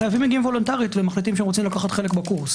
החייבים מגיעים וולונטרית ומחליטים שהם רוצים לקחת חלק בקורס.